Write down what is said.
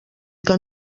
que